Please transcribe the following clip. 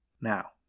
Now